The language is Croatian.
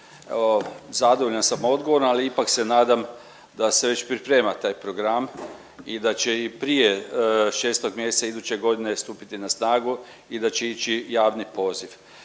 zadovoljan sam odgovorom, ali ipak se nadam da se već priprema taj program i da će i prije 6. mjeseca iduće godine stupiti na snagu i da će ići javni poziv.